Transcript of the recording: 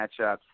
matchups